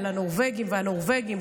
הנורבגים והנורבגים,